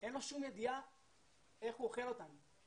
אין שום ידיעה איך הוא "אוכל" אותנו.